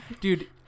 dude